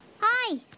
Hi